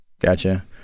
Gotcha